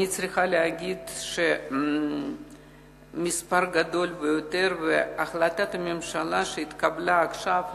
אני צריכה להגיד שהמספר גדול ביותר והחלטת הממשלה התקבלה עכשיו,